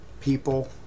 people